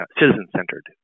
citizen-centered